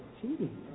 cheating